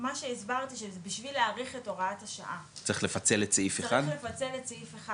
מה שהסברתי שבשביל להאריך את הוראת השעה -- צריך לפצל את סעיף 1?